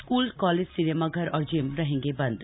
school college सिनेमाघर और gym रहेंगे बंद